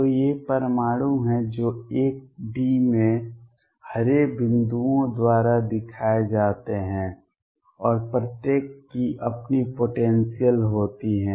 तो ये परमाणु हैं जो 1D में हरे बिंदुओं द्वारा दिखाए जाते हैं और प्रत्येक की अपनी पोटेंसियल होती है